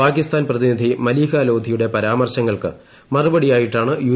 പാകിസ്ഥാൻ പ്രതിനിധി മലീഹ ലോധിയുടെ പരമാർശങ്ങൾക്ക് മറുപടിയായിട്ടാണ് യു